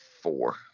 four